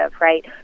right